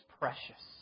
precious